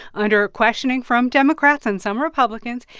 under questioning from democrats and some republicans,